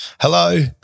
Hello